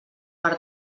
per